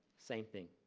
same thing.